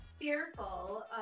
Fearful